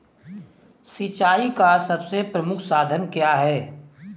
सिंचाई का सबसे प्रमुख साधन क्या है?